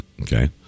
okay